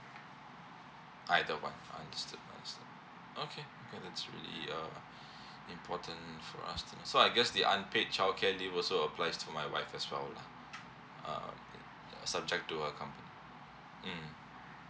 either one I understood understood okay okay that's really err important for us to know so I guess the unpaid childcare leave also applies to my wife as well lah um err uh ya subject to a company mm